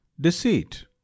deceit